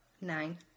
nine